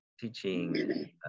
teaching